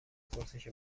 پرسش